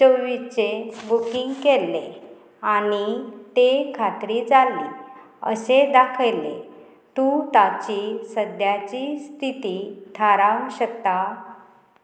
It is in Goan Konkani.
चोवीसचें बुकींग केल्लें आनी तें खात्री जाल्ली अशें दाखयल्लें तूं ताची सद्याची स्थिती थारावंक शकता